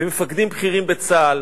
במפקדים בכירים בצה"ל,